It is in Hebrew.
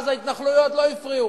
ואז ההתנחלויות לא הפריעו